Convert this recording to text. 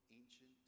ancient